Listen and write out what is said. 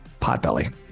Potbelly